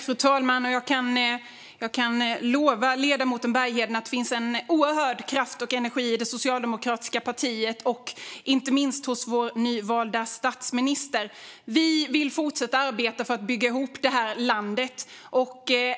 Fru talman! Jag kan lova ledamoten Bergheden att det finns en oerhörd kraft och energi i det socialdemokratiska partiet, inte minst hos vår nyvalda statsminister. Vi vill fortsätta arbeta för att bygga ihop det här landet.